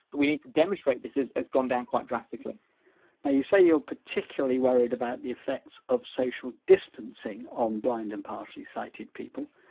but we need to demonstrate this, has gone down quite drastically now you say you're particularly worried about the effects of social distancing on blind and partially sighted people,